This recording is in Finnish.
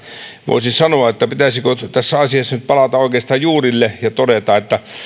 voisi sanoa että pitäisikö tässä asiassa nyt palata oikeastaan juurille ja todeta että